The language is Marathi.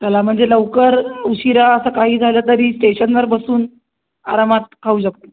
चला म्हणजे लवकर उशीरा असं काही झालं तरी स्टेशनवर बसून आरामात खाऊ शकू